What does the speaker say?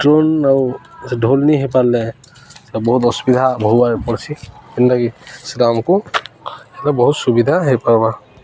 drone ଆଉ ସେ ଢ଼ୋଲ୍ନି ହେଇପାରିଲେ ସେ ବହୁତ ଅସୁବିଧା ଭବ ପଡ଼୍ସି ଯେନ୍ତାାଗି ସେଟା ଆମକୁ ବହୁତ ସୁବିଧା ହେଇପାର୍ବା